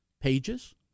pages